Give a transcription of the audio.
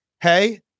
hey